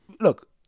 look